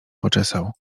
poczesał